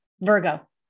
Virgo